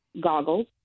goggles